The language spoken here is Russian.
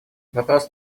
вопрос